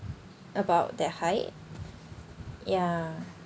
about that height ya